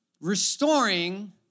restoring